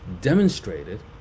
demonstrated